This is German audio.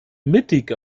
mittig